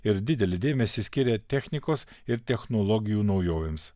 ir didelį dėmesį skiria technikos ir technologijų naujovėms